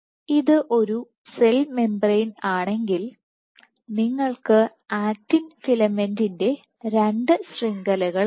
ഇത് ഒരു cell membrane ആണെങ്കിൽ നിങ്ങൾക്ക് ആക്റ്റിൻ ഫിലമെന്റിന്റെ രണ്ടു ശൃംഖലകൾ ഉണ്ട്